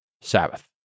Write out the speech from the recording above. Sabbath